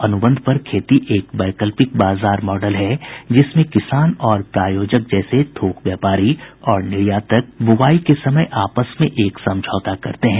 अनुबंध पर खेती एक वैकल्पिक बाजार मॉडल है जिसमें किसान और प्रायोजक जैसे थोक व्यापारी प्रोसेसर और निर्यातक बुवाई के समय आपस में एक समझौता करते हैं